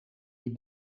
die